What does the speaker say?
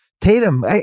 Tatum